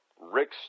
Rick